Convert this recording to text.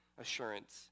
assurance